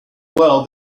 well